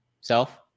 self